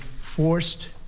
forced